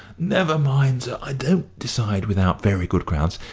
never mind, sir. i don't decide without very good grounds.